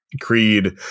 Creed